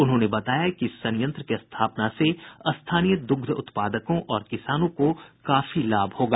उन्होंने बताया कि इस संयंत्र की स्थापना से स्थानीय दुग्ध उत्पादकों और किसानों को काफी लाभ होगा